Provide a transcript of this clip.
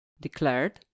declared